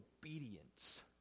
obedience